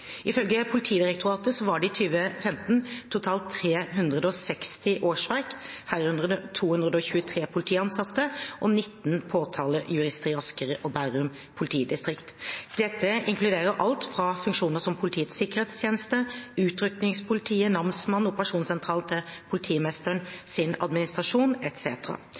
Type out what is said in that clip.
Ifølge Politidirektoratet var det i 2015 totalt 360 årsverk, herunder 223 politiansatte og 19 påtalejurister, i Asker og Bærum politidistrikt. Dette inkluderer alt fra funksjoner som Politiets sikkerhetstjeneste, Utrykningspolitiet, Namsmannen og operasjonssentral til politimesterens administrasjon